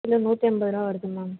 kilo நூற்றி எண்பது ரூபாய் வருது மேம்